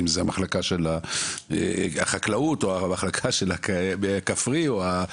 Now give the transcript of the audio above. אם זה המחלקה של החקלאות או המחלקה של הכפרי או העירוני.